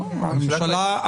זה